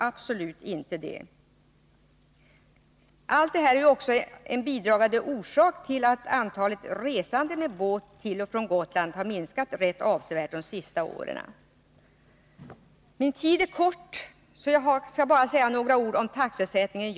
Allt detta är en bidragande orsak till att antalet resande med båt till och från Gotland har minskat avsevärt under de senaste åren. Jag har inte lång taletid på mig. Men också jag vill säga några ord om taxesättningen.